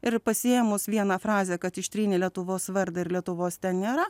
ir pasiėmus vieną frazę kad ištrynė lietuvos vardą ir lietuvos ten nėra